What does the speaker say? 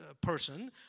person